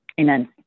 amen